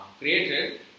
created